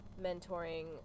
mentoring